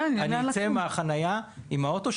כשאני אצא מהחנייה עם האוטו,